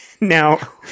Now